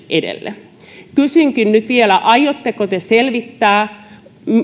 edelle kysynkin nyt vielä aiotteko te selvittää